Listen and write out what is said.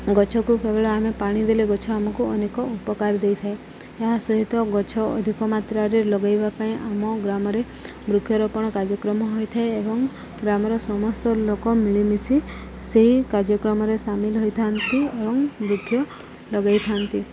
ଗଛକୁ କେବଳ ଆମେ ପାଣି ଦେଲେ ଗଛ ଆମକୁ ଅନେକ ଉପକାର ଦେଇଥାଏ ଏହା ସହିତ ଗଛ ଅଧିକ ମାତ୍ରାରେ ଲଗେଇବା ପାଇଁ ଆମ ଗ୍ରାମରେ ବୃକ୍ଷରୋପଣ କାର୍ଯ୍ୟକ୍ରମ ହୋଇଥାଏ ଏବଂ ଗ୍ରାମର ସମସ୍ତ ଲୋକ ମିଳିମିଶି ସେହି କାର୍ଯ୍ୟକ୍ରମରେ ସାମିଲ ହୋଇଥାନ୍ତି ଏବଂ ବୃକ୍ଷ ଲଗେଇଥାନ୍ତି